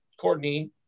courtney